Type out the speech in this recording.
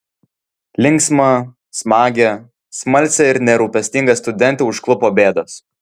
linksmą smagią smalsią ir nerūpestingą studentę užklupo bėdos